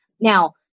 Now